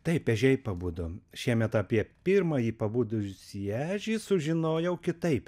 taip ežiai pabudo šiemet apie pirmąjį pabudusį ežį sužinojau kitaip